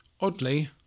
Oddly